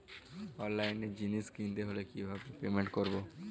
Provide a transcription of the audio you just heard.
অনলাইনে জিনিস কিনতে হলে কিভাবে পেমেন্ট করবো?